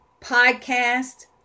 podcast